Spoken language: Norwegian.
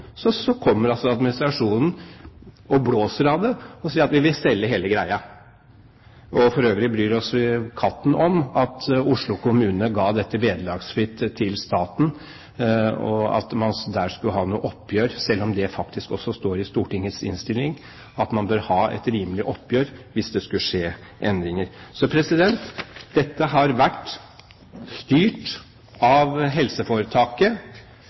så kommer altså administrasjonen og blåser av det og sier at de vil selge hele greia. For øvrig bryr de seg katten om at Oslo kommune ga dette vederlagsfritt til staten, og at man skulle hatt et oppgjør, selv om det faktisk også står i Stortingets innstilling at man bør ha et rimelig oppgjør hvis det skulle skje endringer. Dette har vært styrt av helseforetaket